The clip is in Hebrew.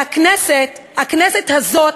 והכנסת, הכנסת הזאת,